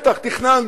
בטח, תכננו.